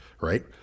right